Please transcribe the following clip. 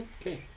Okay